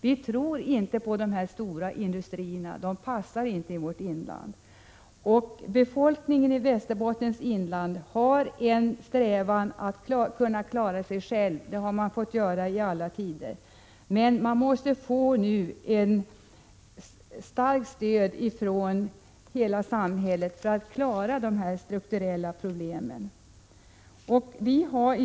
Vi tror inte på de stora industrierna. De passar inte i vårt inland. Befolkningen i Västerbottens inland har en strävan att kunna klara sig själv — det har man fått göra i alla tider. Men man måste nu få ett starkt stöd från hela samhället för att klara de strukturella problemen.